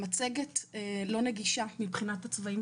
המצגת לא נגישה מבחינת הצבעים שלה.